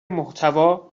محتوا